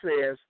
says